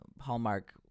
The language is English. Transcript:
hallmark